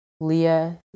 Leah